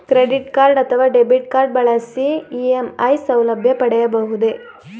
Credit card ಅಥವಾ debit card ಬಳಸಿ EMI ಸೌಲಭ್ಯ ಪಡೆಯಬಹುದೇ?